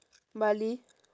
bali